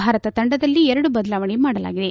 ಭಾರತ ತಂಡದಲ್ಲಿ ಎರಡು ಬದಲಾವಣೆ ಮಾಡಲಾಗಿದೆ